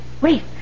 Wait